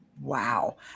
Wow